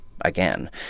again